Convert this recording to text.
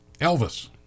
Elvis